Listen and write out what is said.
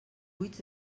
buits